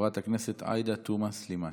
חברת הכנסת עאידה תומא סלימאן.